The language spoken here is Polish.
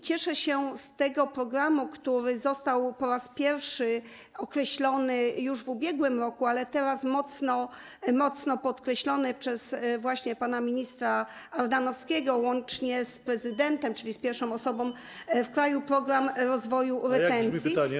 Cieszę się z tego programu, który został po raz pierwszy określony już w ubiegłym roku, ale teraz został mocno podkreślony przez pana ministra Ardanowskiego wraz z prezydentem, czyli pierwszą osobą w kraju, „Programu rozwoju retencji”